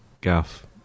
Gaff